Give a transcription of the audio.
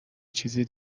چیزی